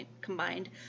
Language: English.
combined